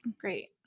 Great